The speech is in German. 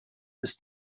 ist